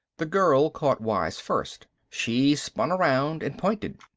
the girl caught wise first. she spun around and pointed.